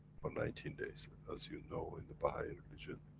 for nineteen days. as you know in the baha'i religion,